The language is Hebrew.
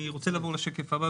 אני רוצה לעבור לשקף הבא,